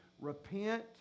Repent